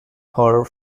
horror